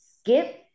Skip